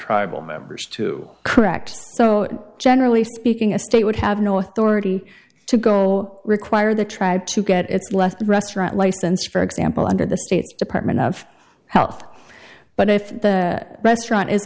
tribal members to correct so generally speaking a state would have no authority to go require the tried to get its left restaurant license for example under the state department of health but if the restaurant is